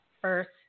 first